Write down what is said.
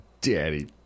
daddy